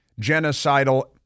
genocidal